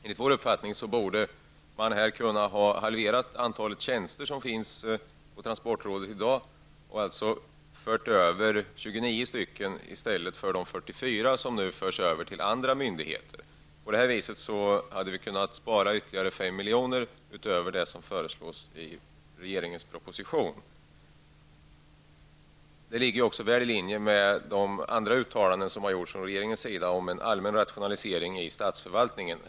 Enligt vår uppfattning borde man ha kunnat halvera antalet tjänster på transportrådet i dag och därmed till andra myndigheter ha fört över 29 tjänster i stället för 44. På det viset hade vi kunnat spara ytterligare 5 miljoner utöver vad som föreslås i regeringens proposition. Detta ligger också väl i linje med andra uttalanden från regeringen om en allmän rationalisering i statsförvaltningen.